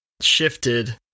shifted